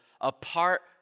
apart